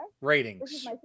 ratings